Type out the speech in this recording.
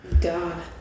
God